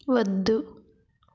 వద్దు